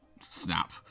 Snap